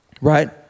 Right